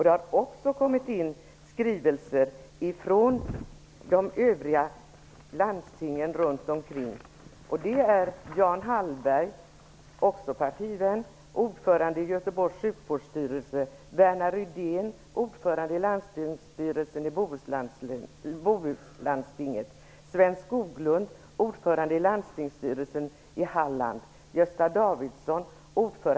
Det har också kommit skrivelser från övriga landsting, från Jan Hallberg, också han partivän till Skaraborgs läns landsting.